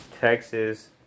Texas